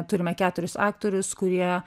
turime keturis aktorius kurie